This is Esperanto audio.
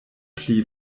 pli